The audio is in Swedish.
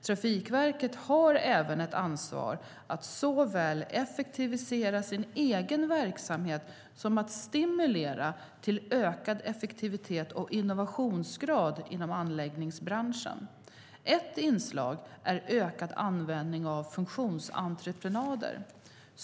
Trafikverket har även ett ansvar att såväl effektivisera sin egen verksamhet som stimulera till ökad effektivitet och innovationsgrad inom anläggningsbranschen. Ett inslag är ökad användning av funktionsentreprenader.